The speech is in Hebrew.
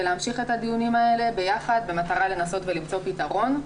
להמשיך את הדיונים האלה ביחד במטרה לנסות ולמצוא פתרון.